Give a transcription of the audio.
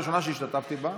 הוועדה הראשונה שהשתתפתי בה,